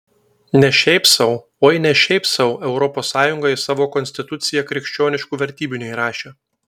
ne šiaip sau oi ne šiaip sau europos sąjunga į savo konstituciją krikščioniškų vertybių neįrašė